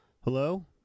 Hello